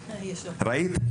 ראית?